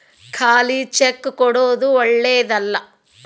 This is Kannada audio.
ಖಾಲಿ ಚೆಕ್ ಕೊಡೊದು ಓಳ್ಳೆದಲ್ಲ